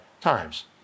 times